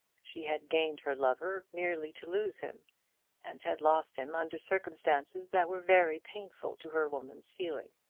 she had gained her lover merely to lose him and had lost him under circumstances that were very painful to her woman's feeling.